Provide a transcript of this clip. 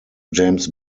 james